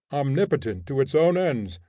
omnipotent to its own ends,